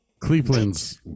Cleveland's